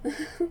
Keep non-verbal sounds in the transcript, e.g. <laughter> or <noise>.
<laughs>